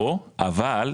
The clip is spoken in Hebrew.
לא, אבל יש כלכלה.